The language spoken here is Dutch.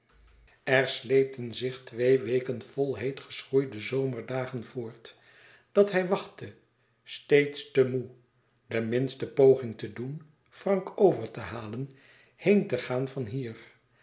er sleepten zich twee weken vol heet geschroeide zomerdagen voort dat hij wachtte steeds te moê de minste poging te doen frank over te halen heen te gaan van hier